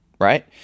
right